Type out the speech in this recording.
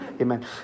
amen